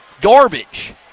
Garbage